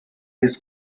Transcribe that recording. his